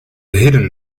hidden